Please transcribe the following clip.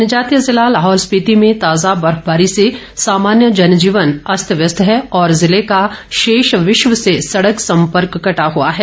जनजातीय जिला लाहौल स्पिति में ताजा बर्फबारी से सामान्य जनजीवन अस्त व्यस्त है और जिले का शेष विश्व से सड़क सम्पर्क कटा हुआ है